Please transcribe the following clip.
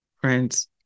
friends